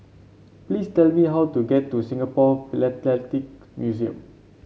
please tell me how to get to Singapore Philatelic Museum